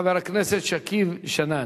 חבר הכנסת שכיב שנאן.